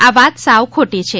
આ વાત સાવ ખોટી છે